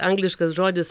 angliškas žodis